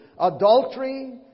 adultery